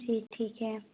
जी ठीक है